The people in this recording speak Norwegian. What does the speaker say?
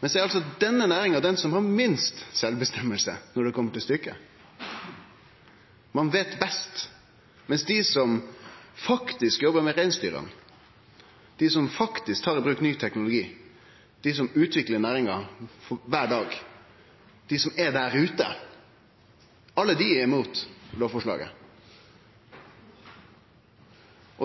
Men så er altså denne næringa den som har minst sjølvbestemming når det kjem til stykket. Ein veit best, medan dei som faktisk jobbar med reinsdyra, dei som faktisk tar i bruk ny teknologi, dei som utviklar næringa kvar dag, dei som er der ute – alle dei er imot lovforslaget.